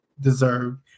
deserved